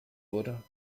wurde